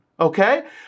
okay